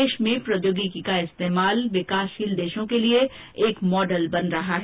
देश में प्रौद्योगिकी का इस्तेमाल विकासशील देशों के लिए एक मॉडल बन रहा है